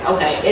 Okay